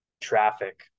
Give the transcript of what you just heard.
traffic